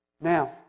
Now